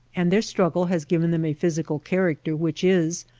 and their struggle has given them a physical character which is,